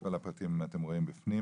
כל הפרטים אתם רואים בפנים,